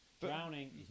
Drowning